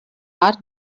our